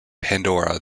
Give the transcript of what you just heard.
pandora